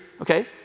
Okay